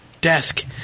desk